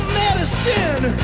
medicine